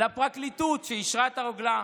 לפרקליטות, שאישרה את הרוגלה?